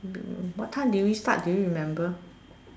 what time did we start do you remember